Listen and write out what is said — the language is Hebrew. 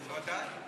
ודאי.